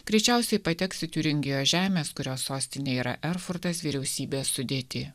greičiausiai pateks į tiuringijos žemės kurios sostinė yra erfurtas vyriausybės sudėtį